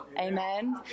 Amen